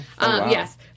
Yes